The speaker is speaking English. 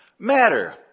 Matter